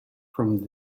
from